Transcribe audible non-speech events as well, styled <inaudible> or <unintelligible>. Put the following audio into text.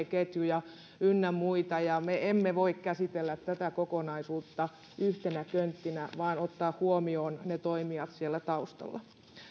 <unintelligible> ketjuja ynnä muita ja me emme voi käsitellä tätä kokonaisuutta yhtenä könttinä vaan täytyy ottaa huomioon ne toimijat siellä taustalla